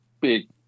big